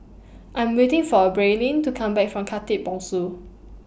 I'm waiting For Braelyn to Come Back from Khatib Bongsu